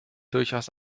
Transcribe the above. durchaus